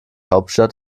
hauptstadt